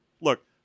look